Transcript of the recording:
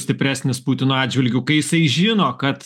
stipresnis putino atžvilgiu kai jisai žino kad